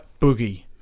Boogie